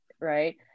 right